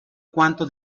cuánto